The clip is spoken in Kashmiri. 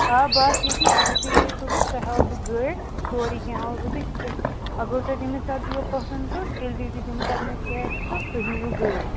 آ بہٕ آسہٕ ییٚتی اگر تُہۍ یِیِو صُبحس تۄہہِ ہاوو بہٕ گٲڑۍ سورُے کیٚنٛہہ ہاو بہٕ تۄہہِ اگر تۄہہِ تَمے ساتہٕ یِیو پَسنٛد تہٕ تیٚلہِ دِیِو تُہۍ تَمی ساتہٕ مےٚ کیش تہٕ تُہۍ نِیِو گٲڑۍ